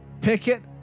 Picket